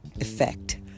effect